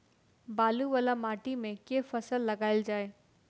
बालू वला माटि मे केँ फसल लगाएल जाए?